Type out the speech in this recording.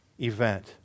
event